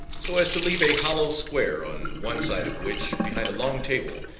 so as to leave a hollow square, on one side of which, behind a long table,